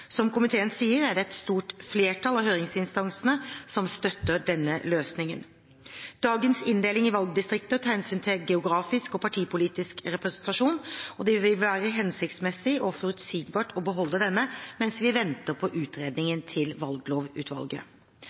Som komiteen sier, er det et stort flertall av høringsinstansene som støtter denne løsningen. Dagens inndeling i valgdistrikter tar hensyn til geografisk og partipolitisk representasjon, og det vil være hensiktsmessig og forutsigbart å beholde denne mens vi venter på utredningen til Valglovutvalget.